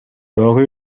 дагы